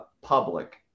public